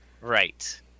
Right